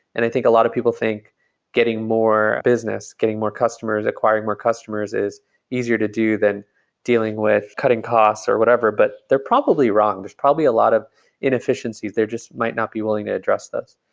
and i think a lot of people think getting more business, getting more customers, acquiring more customers, is easier to do than dealing with cutting costs or whatever, but they're probably wrong. there're probably a lot of inefficiencies. they just might not be willing to address those.